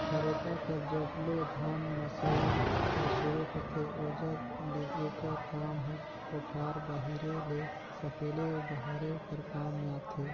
खरेटा कर जब ले धान मसई हर सुरू होथे ओजग ले एकर काम हर कोठार बाहिरे ले सकेले बहारे कर काम मे आथे